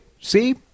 see